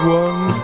one